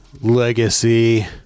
Legacy